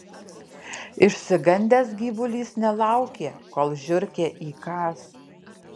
išsigandęs gyvulys nelaukė kol žiurkė įkąs